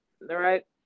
right